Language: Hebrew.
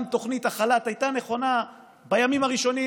גם תוכנית החל"ת הייתה נכונה בימים הראשונים,